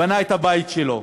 בנה את הבית שלו.